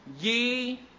Ye